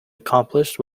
accomplished